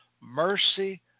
mercy